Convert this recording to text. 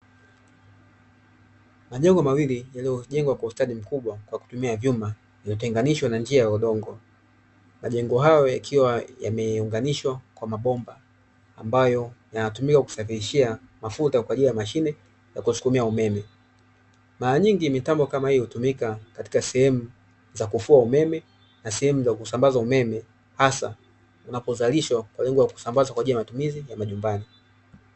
Majengo mawili yaliyojengwa kwa ustadi mkubwa kwa kutumia vyuma iliyotenganishwa na njia ya udongo. Majengo hayo yakiwa yameunganishwa kwa mabomba ambayo yanatumika kusafishia mafuta kwa ajili ya mashine ya kusukumia umeme. Mara nyingi mitambo kama hii hutumika katika sehemu za kufua umeme na sehemu za kusambaza umeme hasa na kuzalishwa kwa lengo la kusambaza kwa ajili ya matumizi ya majumbani.